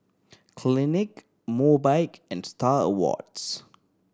Clinique Mobike and Star Awards